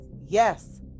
yes